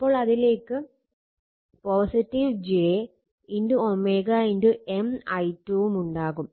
അപ്പോൾ അതിലേക്ക് j M i2 വും ഉണ്ടാകും